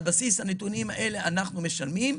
על בסיס הנתונים האלה אנחנו משלמים.